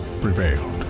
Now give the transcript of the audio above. prevailed